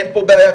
אין פה בעיה,